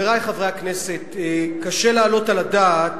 חברי חברי הכנסת, קשה להעלות על הדעת